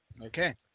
Okay